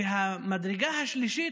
והמדרגה השלישית,